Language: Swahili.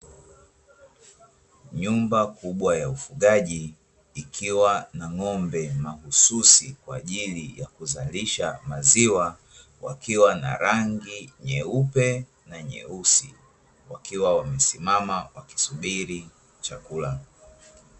Nyumba kubwa ya ufugaji ikiwa na ng'ombe mahususi kwa ajili ya kuzaklisha maziwa wakiwa na rangi nyeupe na nyeusi, wakiwa wamesimama wakisubiri chakula.